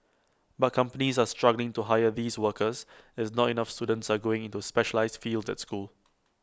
but companies are struggling to hire these workers as not enough students are going into specialised fields at school